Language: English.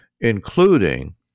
including